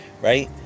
right